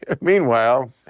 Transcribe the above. Meanwhile